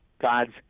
God's